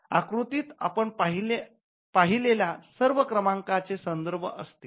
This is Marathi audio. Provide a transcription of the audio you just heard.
आकृतीत आपण पाहिलेल्या सर्व क्रमांकाचे संदर्भ असतील